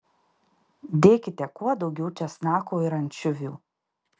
dėkite kuo daugiau česnako ir ančiuvių